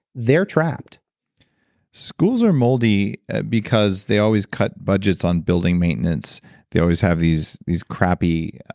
they are trapped schools are moldy because they always cut budgets on building maintenance they always have these these crappy